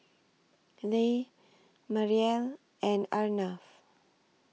Les Mariel and Arnav